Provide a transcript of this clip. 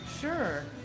sure